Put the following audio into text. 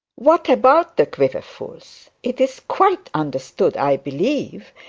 what about the quiverfuls? it is quite understood i believe,